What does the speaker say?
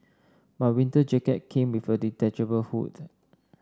my winter jacket came with a detachable hood